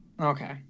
Okay